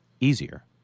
easier